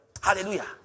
Hallelujah